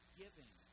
giving